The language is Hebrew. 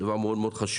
שזה דבר מאוד מאוד חשוב.